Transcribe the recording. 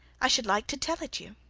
i should like to tell it you.